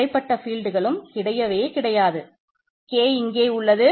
F இங்கே உள்ளது